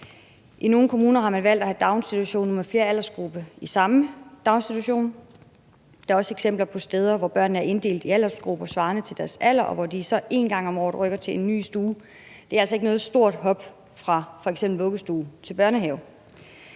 I nogle kommuner har man valgt at have daginstitutioner med flere aldersgrupper i samme daginstitution; der er også eksempler på steder, hvor børnene er inddelt i grupper svarende til deres alder, og hvor de så en gang om året rykker til en ny stue. Det er altså ikke noget stort hop fra f.eks. vuggestue til børnehave.